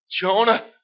Jonah